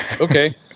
Okay